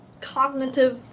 cognitive,